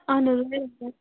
اَہن حظ